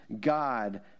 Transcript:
God